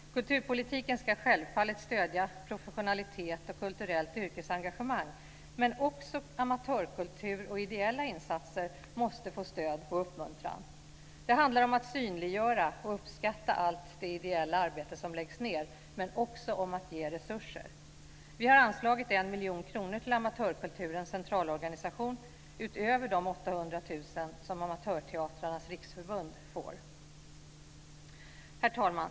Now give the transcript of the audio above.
Kulturpolitiken ska självfallet stödja professionalitet och kulturellt yrkesengagemang, men också amatörkultur och ideella insatser måste få stöd och uppmuntran. Det handlar om att synliggöra och uppskatta allt det ideella arbete som läggs ned, men också om att ge resurser. Vi har anslagit en miljon kronor till Amatörkulturens centralorganisation utöver de 800 000 som Amatörteatrarnas riksförbund får. Herr talman!